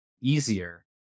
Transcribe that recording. easier